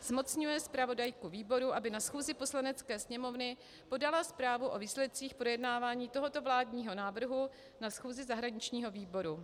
Zmocňuje zpravodajku výboru, aby na schůzi Poslanecké sněmovny podala zprávu o výsledcích projednávání tohoto vládního návrhu na schůzi zahraničního výboru.